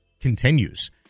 continues